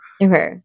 Okay